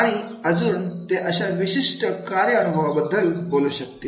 आणि अजून ते अशा विशिष्ट कार्य अनुभवाबद्दल बोलू शकतील